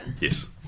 Yes